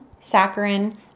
saccharin